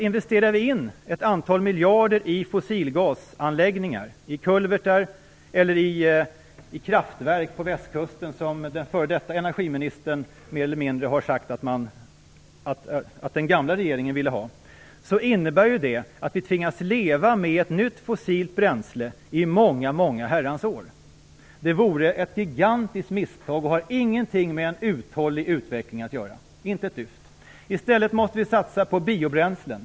Investerar vi ett antal miljarder i fossilgasanläggningar, i kulvertar eller i kraftverk på Västkusten, som den f.d. energiministern mer eller mindre sagt att den gamla regeringen ville ha, innebär det att vi tvingas leva med ett nytt fossilt bränsle i många herrans år. Det vore ett gigantiskt misstag och har ingenting med en uthållig utveckling att göra, inte ett dyft. I stället måste vi satsa på biobränslen.